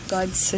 God's